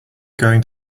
going